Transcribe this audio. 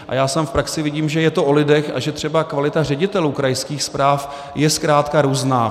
A já sám v praxi vidím, že je to o lidech a že třeba kvalita ředitelů krajských správ je zkrátka různá.